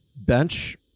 bench